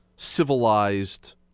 civilized